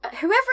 Whoever